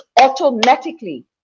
automatically